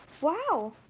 Wow